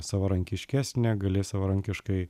savarankiškesnė galės savarankiškai